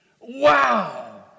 Wow